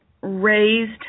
raised